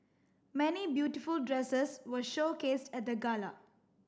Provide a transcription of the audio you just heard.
many beautiful dresses were showcased at the gala